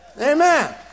Amen